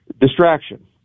Distraction